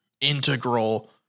integral